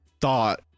thought